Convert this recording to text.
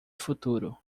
futuro